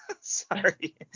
Sorry